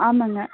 ஆமாங்க